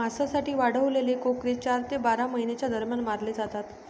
मांसासाठी वाढवलेले कोकरे चार ते बारा महिन्यांच्या दरम्यान मारले जातात